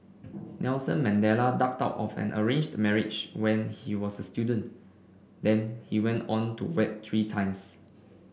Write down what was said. Nelson Mandela ducked out of an arranged marriage when he was a student then he went on to wed three times